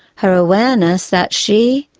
her awareness that she,